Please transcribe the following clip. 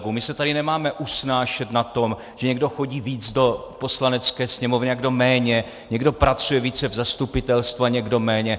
My se tady nemáme usnášet na tom, že někdo chodí víc do Polanecké sněmovny a kdo méně, někdo pracuje více v zastupitelstvu a někdo méně.